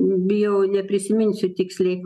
bijau neprisiminsiu tiksliai